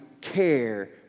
care